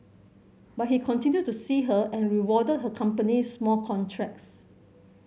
but he continued to see her and rewarded her companies more contracts